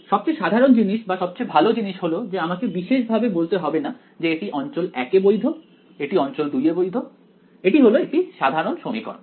সবচেয়ে সাধারণ জিনিস বা সবচেয়ে ভালো জিনিস হল যে আমাকে বিশেষ ভাবে বলতে হবে না যে এটি অঞ্চল 1 এ বৈধ এটি অঞ্চল 2 এ বৈধ এটি হলো একটি সাধারণ সমীকরণ